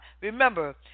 Remember